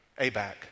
ABAC